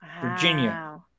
virginia